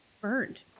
burned